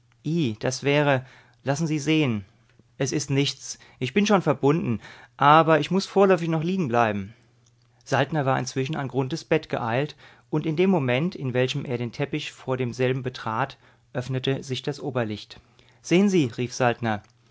das wäre lassen sie sehen es ist nichts ich bin schon verbunden aber ich muß vorläufig noch liegen bleiben saltner war inzwischen an grunthes bett geeilt und in dem moment in welchem er den teppich vor demselben betrat öffnete sich das oberlicht sehen sie rief